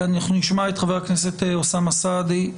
אנחנו נשמע את חבר הכנסת אוסאמה סעדי.